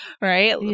right